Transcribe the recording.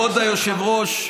כבוד היושבת-ראש,